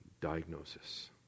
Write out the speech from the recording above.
diagnosis